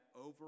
over